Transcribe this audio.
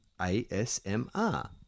ASMR